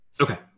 Okay